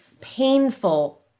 painful